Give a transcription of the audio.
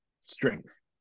strength